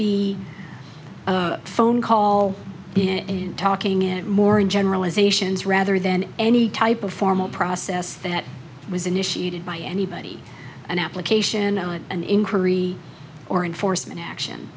be a phone call in talking it more in generalizations rather than any type of formal process that was initiated by anybody an application on an inquiry or enforcement action